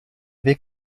weg